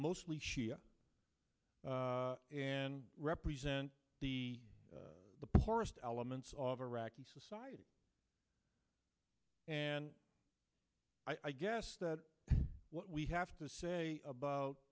mostly shia represent the the poorest elements of iraqi society and i guess that what we have to say about